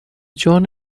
جان